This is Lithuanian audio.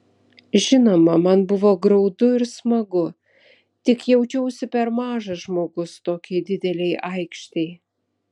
žinoma man buvo graudu ir smagu tik jaučiausi per mažas žmogus tokiai didelei aikštei